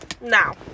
Now